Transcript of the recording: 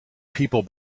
people